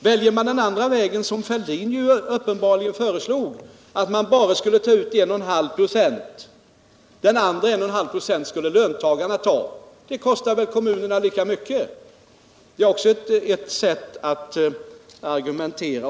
Väljer man den väg som herr Fälldin uppenbarligen föreslog, nämligen att man bara skulle ta ut 1,5 96 och låta löntagarna betala den andra 1,5 procenten, så blir det samma kostnad för kommunerna.